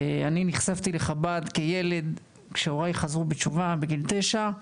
אני נחשפתי לחב"ד כילד כשהוריי חזרו בתשובה בגיל תשע.